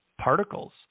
particles